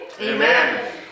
Amen